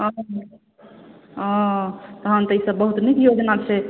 हँ ओ तहन तऽ ई तऽ बहुत नीक योजना छै